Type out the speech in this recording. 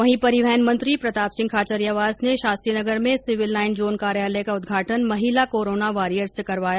वहीं परिवहन मंत्री प्रताप सिंह खाचरियावास ने शास्त्री नगर में सिविल लाईन जोन कार्यालय का उद्दघाटन महिला कोरोना वॉरियर्स से करवाया